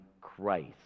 Christ